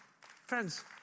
Friends